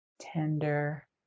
tender